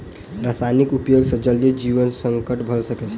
रासायनिक उपयोग सॅ जलीय जीवन नष्ट भ सकै छै